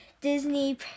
Disney